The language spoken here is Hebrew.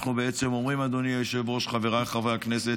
אדוני היושב-ראש, חבריי חברי הכנסת,